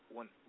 one